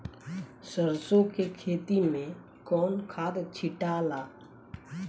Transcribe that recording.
सरसो के खेती मे कौन खाद छिटाला?